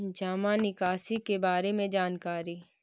जामा निकासी के बारे में जानकारी?